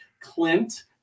Clint